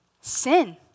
sin